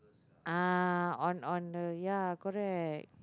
uh on on on the ya correct